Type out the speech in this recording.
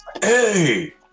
Hey